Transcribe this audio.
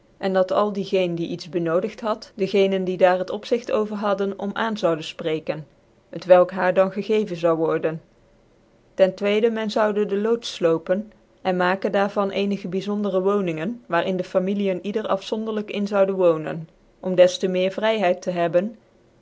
en dat al b z die zo gefchicdenis van die geen die iets benodigd had dcgee r nen die daar het opzigt over hadden om aan zouden fpreeken t welk haar dan zoude gegeven worden ten tweede men zoude de loots flopen en maken daar van cenige byzondcre wooningen waar in dc familien ieder afzondcrlyk in zoude woonen om des te meer vryhcid te hebben